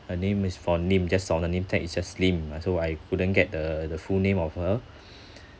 the name is for name just saw the name tag is just lim ah so I couldn't get the the full name of her